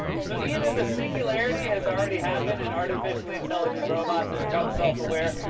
so, either the singularity has already happened and artificially intelligent robots have become self aware,